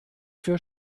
für